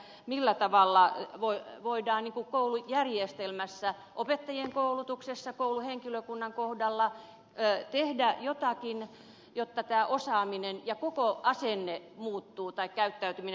millä tavalla voidaan koulujärjestelmässä opettajien koulutuksessa kouluhenkilökunnan kohdalla tehdä jotakin jotta tämä osaaminen ja koko asenne muuttuu tai käyttäytyminen muuttuu